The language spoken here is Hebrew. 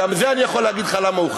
גם לגבי זה אני יכול לומר לך למה הוא,